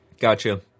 gotcha